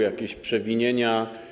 Jakieś przewinienia?